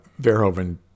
Verhoeven